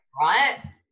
Right